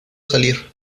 salir